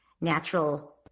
natural